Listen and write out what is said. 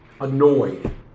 annoyed